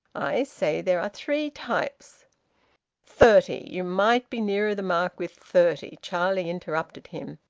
i say there are three types thirty you might be nearer the mark with thirty, charlie interrupted him.